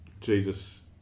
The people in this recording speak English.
jesus